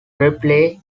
ripley